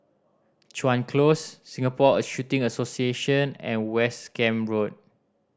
Chuan Close Singapore a Shooting Association and West Camp Road